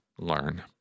learn